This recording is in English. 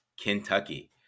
Kentucky